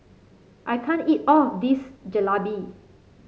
I can't eat all of this Jalebi